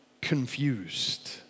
confused